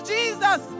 Jesus